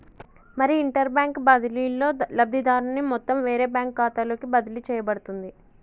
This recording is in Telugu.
మరి ఇంటర్ బ్యాంక్ బదిలీలో లబ్ధిదారుని మొత్తం వేరే బ్యాంకు ఖాతాలోకి బదిలీ చేయబడుతుంది